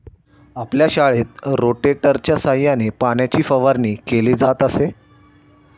आपल्या शाळेत रोटेटरच्या सहाय्याने पाण्याची फवारणी केली जात असे